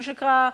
מה שנקרא,